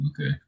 Okay